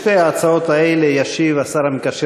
על שתי ההצעות האלה ישיב השר המקשר